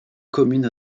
commune